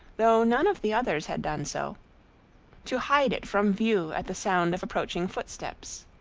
though none of the others had done so to hide it from view at the sound of approaching footsteps.